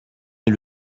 est